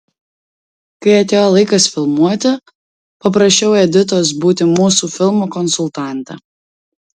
kai atėjo laikas filmuoti paprašiau editos būti mūsų filmo konsultante